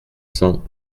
cent